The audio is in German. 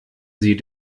sie